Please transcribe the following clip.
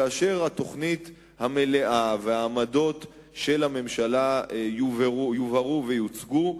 כאשר התוכנית המלאה והעמדות של הממשלה יובהרו ויוצגו,